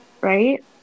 right